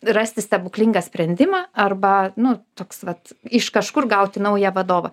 rasti stebuklingą sprendimą arba nu toks vat iš kažkur gauti naują vadovą